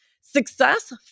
Success